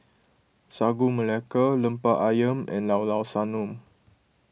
Sagu Melaka Lemper Ayam and Llao Llao Sanum